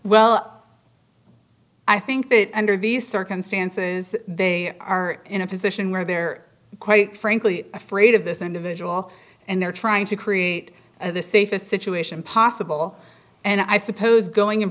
well i think that under these circumstances they are in a position where they're quite frankly afraid of this individual and they're trying to create the safest situation possible and i suppose going